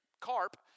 carp